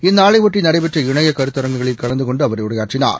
இந்நாளைபொட்டி நடைபெற்ற இணைய கருத்தரங்களில் கலந்து கொண்டு அவர் உரையாற்றினார்